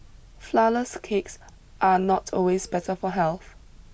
Flourless Cakes are not always better for health